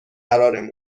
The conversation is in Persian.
قرارمون